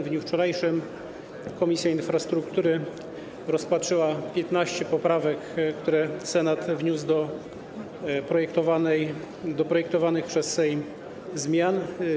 W dniu wczorajszym Komisja Infrastruktury rozpatrzyła 15 poprawek, które Senat wniósł do projektowanych przez Sejm zmian.